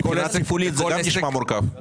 מבחינה תפעולית זה גם קצת מורכב.